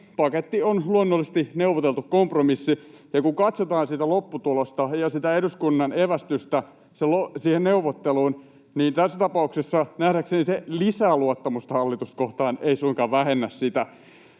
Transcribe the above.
paketti on luonnollisesti neuvoteltu kompromissi, ja kun katsotaan sitä lopputulosta ja sitä eduskunnan evästystä siihen neuvotteluun, niin tässä tapauksessa nähdäkseni se lisää luottamusta hallitusta kohtaan, ei suinkaan vähennä sitä.